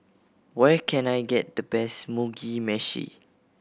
where can I get the best Mugi Meshi